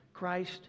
Christ